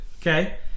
okay